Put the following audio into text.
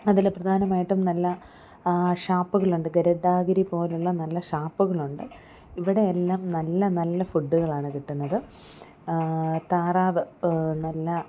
അതിൽ പ്രധാനമായിട്ടും നല്ല ഷാപ്പുകളുണ്ട് ഗരുഡാഗിരിപോലുള്ള നല്ല ഷാപ്പുകളുണ്ട് ഇവിടെയെല്ലാം നല്ല നല്ല ഫുഡുകളാണ് കിട്ടുന്നത് താറാവ് നല്ല